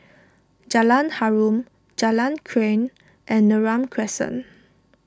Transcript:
Jalan Harum Jalan Krian and Neram Crescent